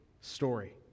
story